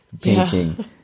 painting